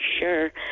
sure